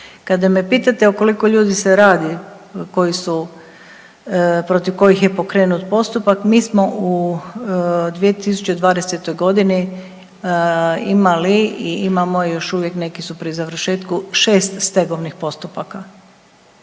Kada me pitate o koliko ljudi se radi koji su, protiv kojih je pokrenut postupak, mi smo u 2020. g. imali i imamo, još uvijek, neki su pri završetku, 6 stegovnih postupaka